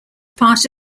part